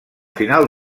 final